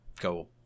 go